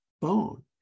bone